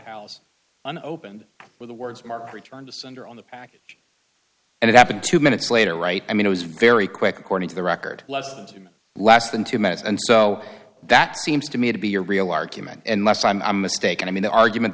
house and opened with the words marked return to sender on the package and it happened two minutes later right i mean it was very quick according to the record lessons in less than two minutes and so that seems to me to be your real argument unless i'm mistaken i mean the argument